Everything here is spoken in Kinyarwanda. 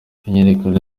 imyiyerekano